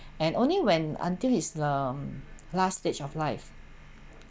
and only when until his um last stage of life